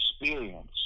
experience